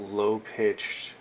low-pitched